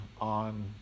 on